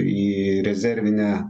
į rezervinę